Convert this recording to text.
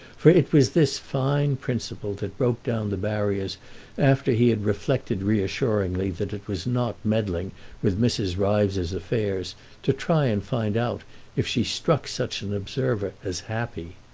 for it was this fine principle that broke down the barriers after he had reflected reassuringly that it was not meddling with mrs. ryves's affairs to try and find out if she struck such an observer as happy.